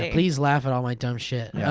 please laugh at all my dumb shit. yeah